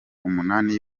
umunani